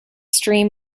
stream